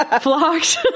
flocked